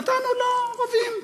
נתנו לערבים,